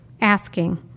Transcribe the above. Asking